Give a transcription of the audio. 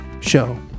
show